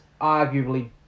arguably